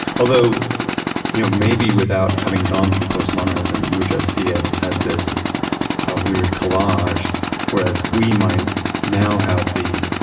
although you know maybe without having gone through postmodernism you would just see it as this ah weird collage whereas we might now have the